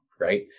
right